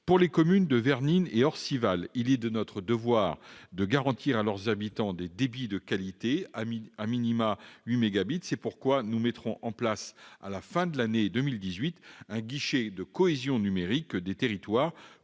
Pour les communes de Vernines et d'Orcival, il est de notre devoir de garantir à leurs habitants des débits de qualité, 8 mégabits par seconde. C'est pourquoi nous mettrons en place à la fin de l'année 2018 un guichet de cohésion numérique des territoires